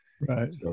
Right